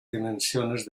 dimensiones